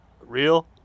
Real